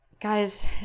guys